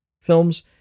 films